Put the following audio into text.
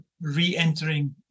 re-entering